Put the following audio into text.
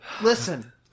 listen